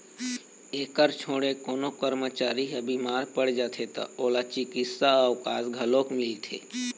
एखर छोड़े कोनो करमचारी ह बिमार पर जाथे त ओला चिकित्सा अवकास घलोक मिलथे